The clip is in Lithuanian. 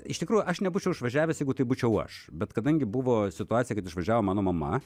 na iš tikrųjų aš nebūčiau išvažiavęs jeigu tai būčiau aš bet kadangi buvo situacija kad išvažiavo mano mama